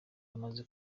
amaze